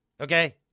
Okay